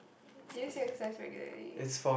do you still exercise regularly